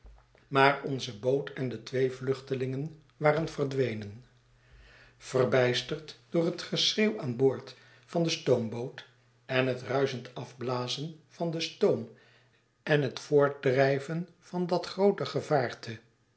maar onze boot en de twee vluchtelingen waren verdwenen verbijsterd door het geschreeuw aan boord van de stoomboot en het ruischend afblazen van den stoom en het voortdrijven van dat groote gevaarte